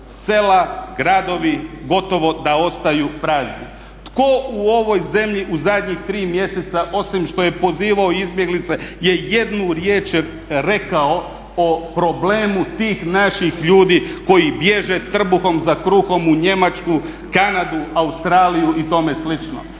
Sela, gradovi gotovo da ostaju prazni. Tko u ovoj zemlji u zadnjih tri mjeseca osim što je pozivao izbjeglice je jednu riječ rekao o problemu tih naših ljudi koji bježe trbuhom za kruhom u Njemačku, Kanadu, Australiju i tome